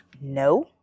No